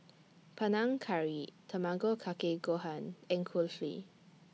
Panang Curry Tamago Kake Gohan and Kulfi